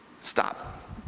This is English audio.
Stop